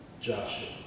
Joshua